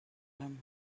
him